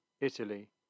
Italy